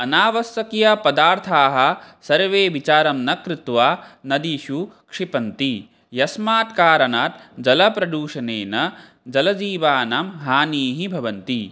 अनावश्यकपदार्थाः सर्वे विचारं न कृत्वा नदीषु क्षिपन्ति यस्मात् कारणात् जलप्रदूषणेन जलजीवानां हानिः भवति